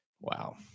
wow